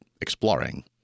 exploring